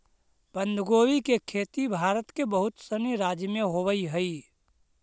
बंधगोभी के खेती भारत के बहुत सनी राज्य में होवऽ हइ